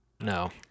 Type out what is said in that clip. No